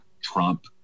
Trump